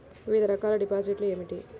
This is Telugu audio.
వివిధ రకాల డిపాజిట్లు ఏమిటీ?